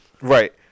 Right